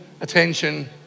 attention